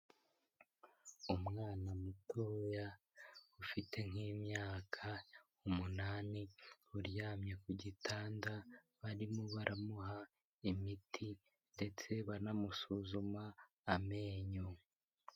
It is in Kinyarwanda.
Umwana mutoya ufite nk'imyaka umunani, uryamye ku gitanda barimo baramuha imiti ndetse banamusuzuma amenyo.